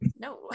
No